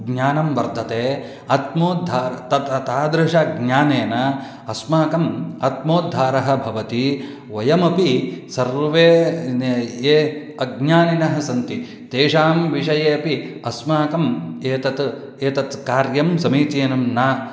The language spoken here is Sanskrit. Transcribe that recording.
ज्ञानं वर्तते आत्मोद्धारः तथा तादृशेन ज्ञानेन अस्माकम् आत्मोद्धारः भवति वयमपि सर्वे ये अज्ञानिनः सन्ति तेषां विषये अपि अस्माकम् एतत् एतत् कार्यं समीचीनं न